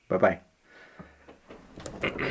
Bye-bye